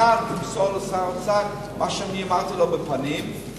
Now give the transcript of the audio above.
אנא תמסור לשר האוצר את מה שאמרתי לו בפנים: